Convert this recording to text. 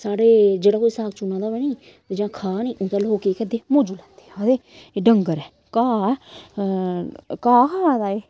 साढ़े जेह्ड़ा कोई साग चुना दा होऐ निं जां खाऽ निं उं'दा लोग केह् करदे मौजू लैंदे आखदे एह् डंगर ऐ घाऽ ऐ घाऽ खा दा एह्